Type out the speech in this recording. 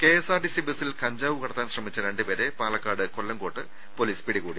K S R T C ബസിൽ കഞ്ചാവ് കടത്താൻ ശ്രമിച്ച രണ്ടുപേരെ പാലക്കാട് കൊല്ലങ്കോട്ട് പൊലീസ് പിടികൂടി